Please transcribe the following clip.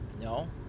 No